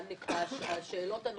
השאלות הנוספות,